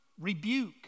rebuke